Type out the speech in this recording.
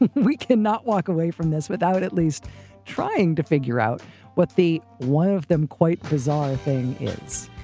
we cannot walk away from this without at least trying to figure out what the one of them quite bizarre thing is.